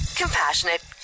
Compassionate